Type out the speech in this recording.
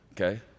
Okay